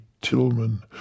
Tillman